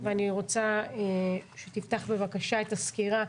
ואני רוצה שתפתח בבקשה את הסקירה.